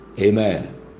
amen